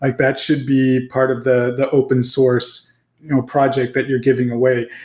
like that should be part of the the open source you know project that you're giving away.